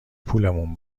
پولمون